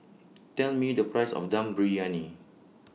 Tell Me The Price of Dum Briyani